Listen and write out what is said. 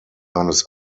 eines